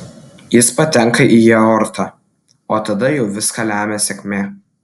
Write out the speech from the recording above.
jis patenka į aortą o tada jau viską lemia sėkmė